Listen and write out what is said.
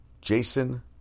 Jason